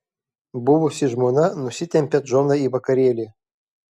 buvusi žmona nusitempia džoną į vakarėlį